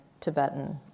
Tibetan